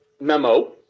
memo